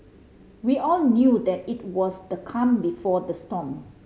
we all knew that it was the calm before the storm